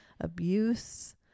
abuse